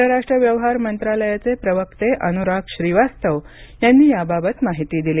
परराष्ट्र व्यवहार मंत्रालयाचे प्रवक्ते अनुराग श्रीवास्तव यांनी याबाबत माहिती दिली